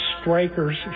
strikers